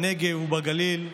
בנגב ובגליל,